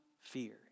fear